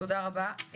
תודה רבה.